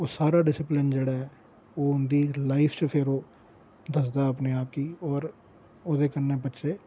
ओह् सारा डिस्सिपलिन जेह्ड़ा ऐ ओह् उंदी लाइफ च फेर ओह् दसदा अपने आप गी होर ओह्दे कन्नै बच्चे